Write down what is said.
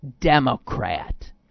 Democrat